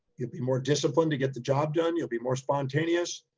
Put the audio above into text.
you'll be more disciplined to get the job done. you'll be more spontaneous.